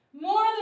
more